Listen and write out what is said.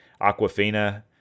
Aquafina